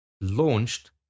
launched